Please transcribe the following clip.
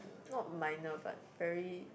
not minor but very